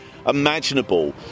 imaginable